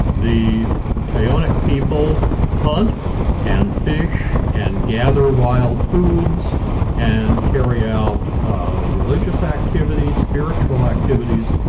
the tyonek people hunt and fish and gather wild foods and carry out religious activities, spiritual activities,